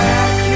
Back